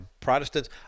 Protestants